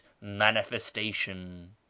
manifestation